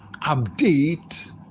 update